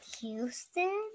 houston